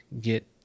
get